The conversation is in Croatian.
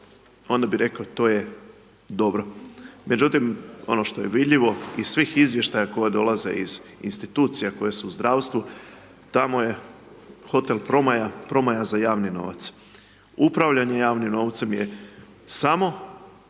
onda bi rekli to je dobro. Međutim, ono što je vidljivo iz svih izvještaja koje dolaze iz institucija koje su u zdravstvu, tamo je hotel promaja, promaja za javni novac. Upravljanje javnim novcem je samo